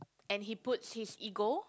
and he puts his ego